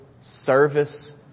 Service